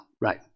Right